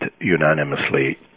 unanimously